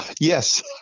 Yes